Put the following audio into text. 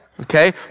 okay